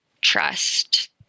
trust